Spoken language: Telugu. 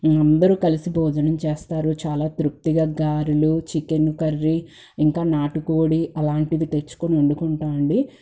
అందరు కలిసి భోజనం చేస్తారు చాలా తృప్తిగా గారెలు చికెన్ కర్రీ ఇంకా నాటుకోడి అలాంటివి తెచ్చుకొని వండుకుంటామండి